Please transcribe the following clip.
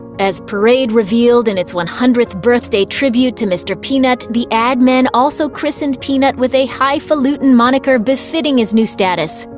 as parade revealed in its one hundredth birthday tribute to mr. peanut, the ad men also christened peanut with a highfalutin moniker befitting his new status.